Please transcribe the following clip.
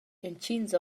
entgins